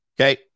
okay